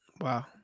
Wow